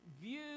view